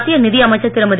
மத்திய நிதி அமைச்சர் திருமதி